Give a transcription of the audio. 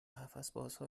هوسبازها